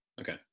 Okay